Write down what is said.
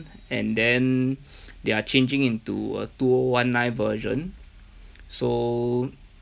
and then they're changing into a two O one nine version so